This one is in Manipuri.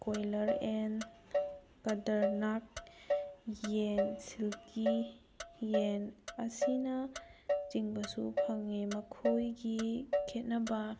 ꯀꯣꯏꯂꯔ ꯌꯦꯟ ꯀꯗꯔꯅꯥꯠ ꯌꯦꯟ ꯁꯤꯜꯀꯤ ꯌꯦꯟ ꯑꯁꯤꯅꯆꯤꯡꯕꯁꯨ ꯐꯪꯉꯤ ꯃꯈꯣꯏꯒꯤ ꯈꯦꯠꯅꯕ